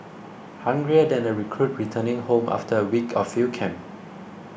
hungrier than a recruit returning home after a week of field camp